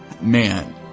Man